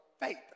faith